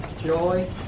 joy